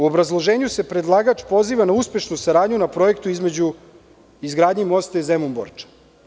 U obrazloženju se predlagač poziva na uspešnu saradnju na projektu između izgradnje mosta Zemun-Borča.